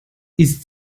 ist